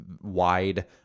wide